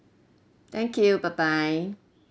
thank you bye bye